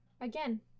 again